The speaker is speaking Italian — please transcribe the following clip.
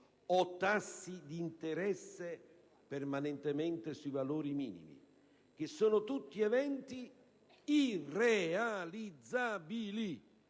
o tassi di interesse permanentemente su valori minimi, che sono tutti eventi irrealizzabili